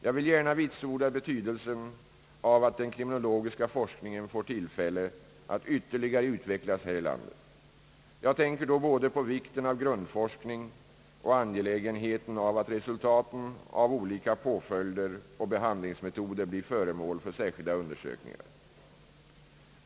Jag vill gärna vitsorda betydelsen av att den kriminologiska forskningen får tillfälle att ytterligare utvecklas här i landet. Jag tänker då både på vikten av grundforskning och på angelägenheten av att resultaten av olika påföljder och behandlingsmetoder blir föremål för särskilda undersökningar.